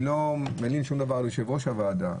אני לא מלין על יושב-ראש הוועדה,